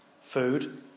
food